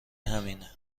همینه